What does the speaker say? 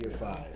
five